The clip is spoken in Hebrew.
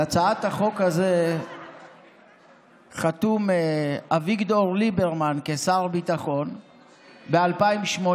על הצעת החוק הזאת חתום אביגדור ליברמן כשר הביטחון ב-2018.